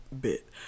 bit